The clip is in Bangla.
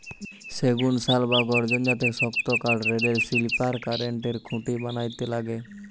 সেগুন, শাল বা গর্জন জাতের শক্তকাঠ রেলের স্লিপার, কারেন্টের খুঁটি বানাইতে লাগে